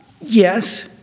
Yes